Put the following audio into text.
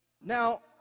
now